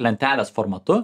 lentelės formatu